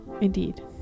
Indeed